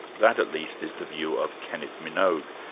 that at least is the view of kenneth minogue,